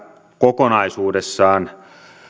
kokonaisuudessaan